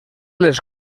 les